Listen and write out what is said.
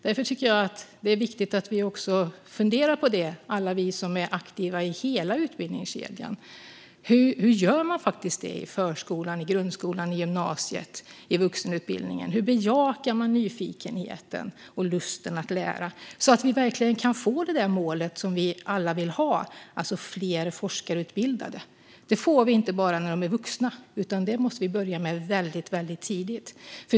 Därför tycker jag att det är viktigt att alla vi som är aktiva när det gäller hela utbildningskedjan funderar på hur man bejakar nyfikenheten och lusten att lära i förskolan, grundskolan, gymnasiet och vuxenutbildningen, så att vi verkligen kan nå det mål som vi alla vill nå, alltså fler forskarutbildade. Det gäller inte bara de som är vuxna, utan det måste börja väldigt tidigt.